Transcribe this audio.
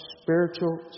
spiritual